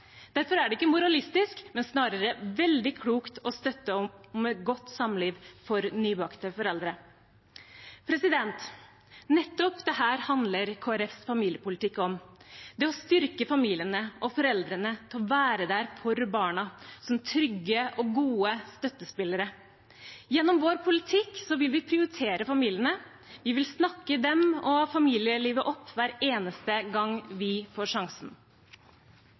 Derfor er det ikke moralistisk, men snarere veldig klokt å støtte opp om et godt samliv for nybakte foreldre. Nettopp dette handler Kristelig Folkepartis familiepolitikk om – å styrke familiene og foreldrene til å være der for barna som trygge og gode støttespillere. Gjennom vår politikk vil vi prioritere familiene. Vi vil snakke dem og familielivet opp hver eneste gang vi får sjansen.